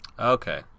Okay